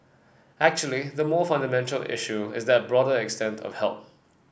actually the more fundamental issue is that broader extent of help